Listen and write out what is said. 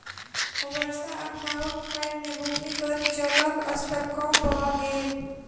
वर्षा अभावक कारणेँ भूमिगत जलक स्तर कम भ गेल